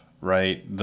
right